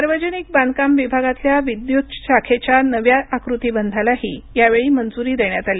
सार्वजनिक बांधकाम विभागातला विद्युत शाखेच्या नव्या आकृती बंधालाही यावेळी मंजुरी देण्यात आली